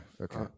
Okay